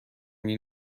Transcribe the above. این